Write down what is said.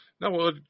No